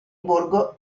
borgo